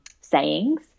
sayings